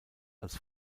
als